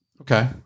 Okay